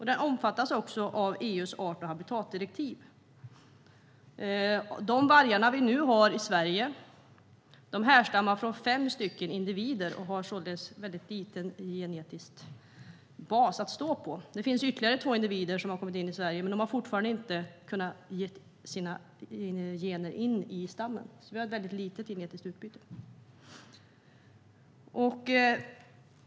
Den omfattas också av EU:s art och habitatdirektiv. De vargar vi nu har i Sverige härstammar från fem stycken individer. Det är således en väldigt liten genetisk bas att stå på. Det finns ytterligare två individer som har kommit in i Sverige, men de har ännu inte kunnat ge stammen sina gener. Vi har alltså ett väldigt litet genetiskt utbyte.